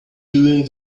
doing